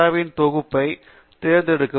இன் தொகுப்பை தேர்ந்தெடுக்கவும்